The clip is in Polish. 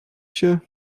się